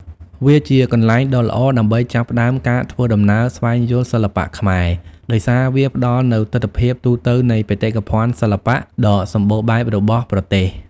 វាជាកន្លែងដ៏ល្អដើម្បីចាប់ផ្តើមការធ្វើដំណើរស្វែងយល់សិល្បៈខ្មែរ ដោយសារវាផ្តល់នូវទិដ្ឋភាពទូទៅនៃបេតិកភណ្ឌសិល្បៈដ៏សម្បូរបែបរបស់ប្រទេស។